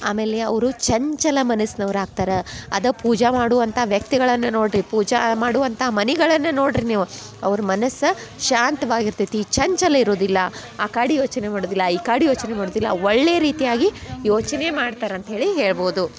ಆಮೇಲೆ ಅವರು ಚಂಚಲ ಮನಸ್ನವ್ರಾಗ್ತಾರೆ ಅದೇ ಪೂಜೆ ಮಾಡುವಂಥ ವ್ಯಕ್ತಿಗಳನ್ನು ನೋಡಿರಿ ಪೂಜೆ ಮಾಡುವಂಥ ಮನೆಗಳನ್ನ ನೋಡಿರಿ ನೀವು ಅವ್ರ ಮನಸ್ಸು ಶಾಂತ್ವಾಗಿ ಇರ್ತೈತಿ ಚಂಚಲ ಇರೋದಿಲ್ಲ ಆ ಕಾಡ್ ಯೋಚ್ನೆ ಮಾಡುವುದಿಲ್ಲ ಈ ಕಾಡ್ ಯೋಚ್ನೆ ಮಾಡುವುದಿಲ್ಲ ಒಳ್ಳೆಯ ರೀತಿಯಾಗಿ ಯೋಚನೆ ಮಾಡ್ತಾರ ಅಂತ ಹೇಳಿ ಹೇಳ್ಬೋದು